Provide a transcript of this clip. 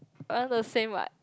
around the same what